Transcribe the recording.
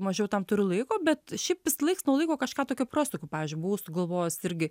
mažiau tam turiu laiko bet šiaip visą laiks nuo laiko kažką tokio prasuku pavyzdžiui buvau sugalvojus irgi